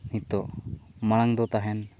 ᱦᱤᱛᱚᱜ ᱢᱟᱲᱟᱝ ᱫᱚ ᱛᱟᱦᱮᱱ